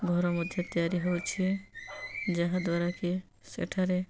ଘର ମଧ୍ୟ ତିଆରି ହଉଛି ଯାହା ଦ୍ୱାରାକିି ସେଠାରେ